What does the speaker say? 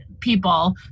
people